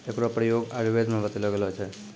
एकरो प्रयोग आयुर्वेद म बतैलो गेलो छै